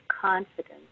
confidence